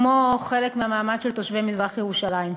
כמו חלק מהמעמד של תושבי מזרח-ירושלים.